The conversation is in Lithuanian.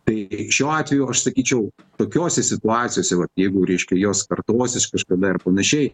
tai šiuo atveju aš sakyčiau tokiose situacijose vat jeigu reiškia jos kartosis kažkada ir panašiai